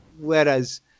Whereas